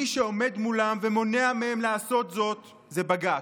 מי שעומד מולם ומונע מהם לעשות זאת זה בג"ץ.